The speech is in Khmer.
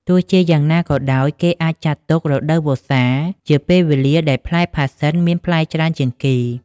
ទោះជាយ៉ាងណាក៏ដោយ គេអាចចាត់ទុក រដូវវស្សា ជាពេលដែលផ្លែផាសសិនមានផ្លែច្រើនជាងគេ។